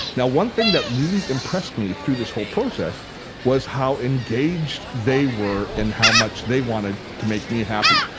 now one thing that really impressed me through this whole process was how engaged they were in how much they wanted to make me happy.